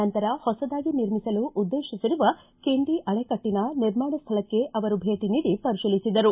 ನಂತರ ಹೊಸದಾಗಿ ನಿರ್ಮಿಸಲು ಉದ್ಲೇತಿಸಿರುವ ಕಿಂಡಿ ಅಣೆಕಟ್ಟನ ನಿರ್ಮಾಣ ಸ್ನಳಕ್ಕೆ ಅವರು ಭೇಟ ನೀಡಿ ಪರಿತೀಲಿಸಿದರು